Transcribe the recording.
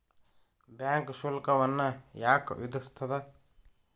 Bank ಶುಲ್ಕವನ್ನ ಯಾಕ್ ವಿಧಿಸ್ಸ್ತದ?